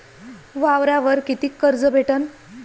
वावरावर कितीक कर्ज भेटन?